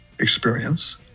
experience